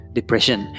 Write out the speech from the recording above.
depression